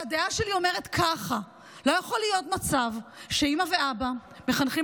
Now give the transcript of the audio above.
והדעה שלי אומרת ככה: לא יכול להיות מצב שאימא ואבא מחנכים